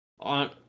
on